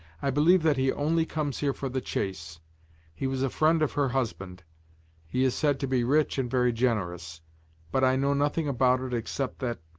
i believe that he only comes here for the chase he was a friend of her husband he is said to be rich and very generous but i know nothing about it except that